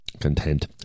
content